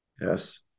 Yes